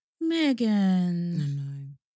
megan